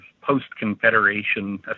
post-confederation